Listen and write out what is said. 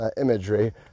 Imagery